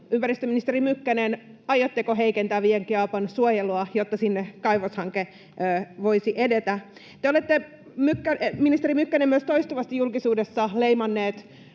Ympäristöministeri Mykkänen, aiotteko heikentää Viiankiaavan suojelua, jotta sinne kaivoshanke voisi edetä? Te olette, ministeri Mykkänen, myös toistuvasti julkisuudessa leimannut